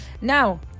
now